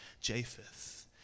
Japheth